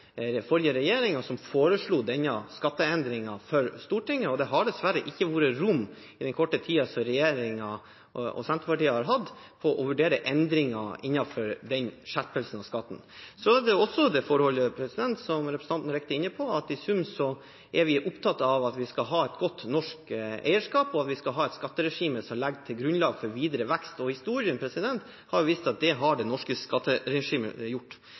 har dessverre ikke i den korte tiden som regjeringen og Senterpartiet har hatt, vært rom for å vurdere endringer innenfor den skjerpelsen av skatten. Så er det også det forholdet, som representanten helt riktig er inne på, at i sum er vi opptatt av at vi skal ha et godt norsk eierskap, og at vi skal ha et skatteregime som legger grunnlag for videre vekst. Historien har vist at det har det norske skatteregimet gjort.